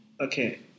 Okay